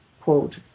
quote